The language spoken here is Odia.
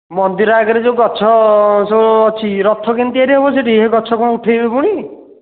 ମନ୍ଦିର ଆଗରେ ଯେଉଁ ଗଛ ଯେଉଁ ଅଛି ରଥ କେମିତି ତିଆରି ହେବ ସେହିଠି ହେ ଗଛ କ'ଣ ଉଠାଇବେ ପୁଣି